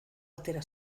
atera